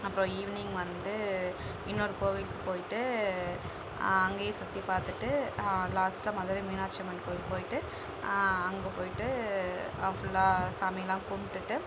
அப்புறம் ஈவ்னிங் வந்து இன்னொரு கோவிலுக்கு போய்ட்டு அங்கேயே சுற்றி பார்த்துட்டு லாஸ்ட்டாக மதுரை மீனாட்சிஅம்மன் கோவிலுக்கு போய்ட்டு அங்கே போய்ட்டு ஃபுல்லா சாமிலாம் கும்பிட்டுட்டு